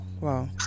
wow